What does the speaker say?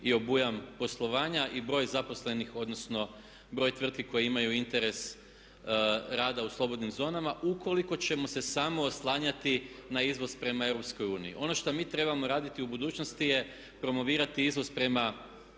i obujam poslovanja i broj zaposlenih odnosno broj tvrtki koje imaju interes rada u slobodnim zonama ukoliko ćemo se samo oslanjati na izvoz prema EU. Ono što mi trebamo raditi u budućnosti je promovirati izvoz prema